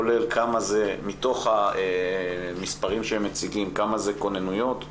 כולל כמה מתוך המספרים שהם מציגים זה כונניות,